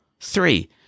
Three